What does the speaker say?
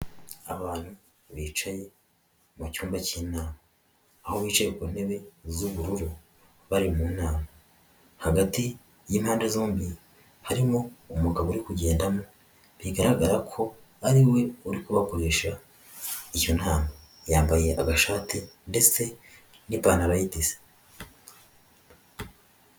Abantu bicaye mu cyumba cy'inama aho bicaye ku ntebe z'ubururu bari mu nama, hagati y'impande zombi harimo umugabo uri kugenda bigaragara ko ari we uri kubakoresha iyo nama, yambaye agashati ndetse n'ipantalo y'itise.